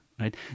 right